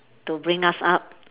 to bring us up